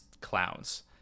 clowns